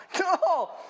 No